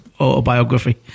autobiography